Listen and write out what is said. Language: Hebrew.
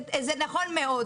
זה נכון מאוד.